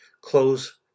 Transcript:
close